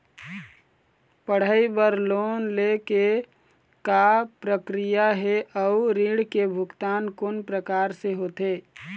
पढ़ई बर लोन ले के का प्रक्रिया हे, अउ ऋण के भुगतान कोन प्रकार से होथे?